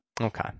Okay